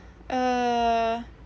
uh